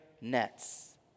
nets